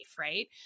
Right